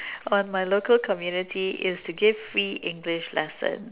on my local community is to give free English lessons